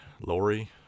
lori